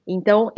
Então